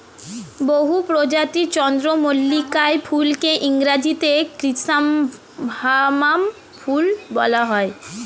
বহু প্রজাতির চন্দ্রমল্লিকা ফুলকে ইংরেজিতে ক্রিস্যান্থামাম ফুল বলা হয়